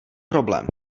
problém